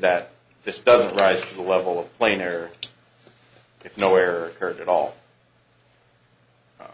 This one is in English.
that this doesn't rise to the level of plain or if nowhere heard at all